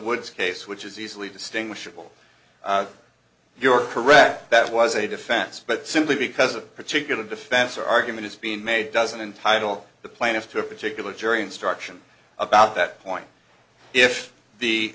words case which is easily distinguishable you're correct that was a defense but simply because a particular defense or argument is being made doesn't entitle the plaintiff to a particular jury instruction about that point if the